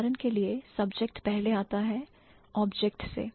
उदाहरण के लिए subject पहले आता है object से